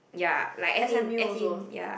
ya like as in as in ya